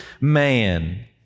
man